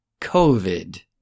COVID